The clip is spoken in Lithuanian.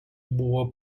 buvo